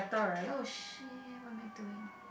oh shit what am I doing